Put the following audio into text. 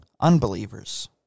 unbelievers